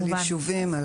על יישובים.